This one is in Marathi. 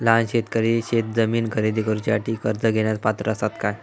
लहान शेतकरी शेतजमीन खरेदी करुच्यासाठी कर्ज घेण्यास पात्र असात काय?